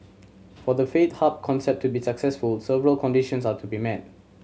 for the faith hub concept to be successful several conditions all to be met